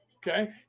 Okay